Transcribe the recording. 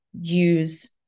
use